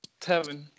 Tevin